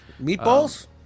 Meatballs